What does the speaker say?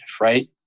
right